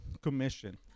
commission